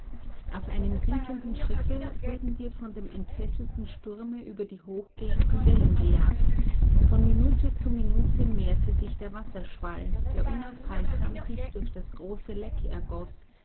auf einem sinkenden schiffe wurden wir von dem entfesselten sturme über die hochgehenden wellen gejagt von minute zu minute mehrte sich der wasserschwall der unaufhaltsam sich durch das große leck ergoß